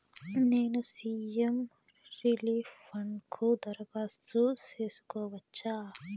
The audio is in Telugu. నేను సి.ఎం రిలీఫ్ ఫండ్ కు దరఖాస్తు సేసుకోవచ్చా?